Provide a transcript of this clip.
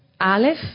Aleph